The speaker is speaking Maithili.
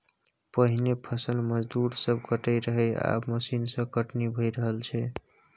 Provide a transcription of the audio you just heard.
पहिने फसल मजदूर सब काटय रहय आब मशीन सँ कटनी भए रहल छै